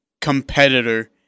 competitor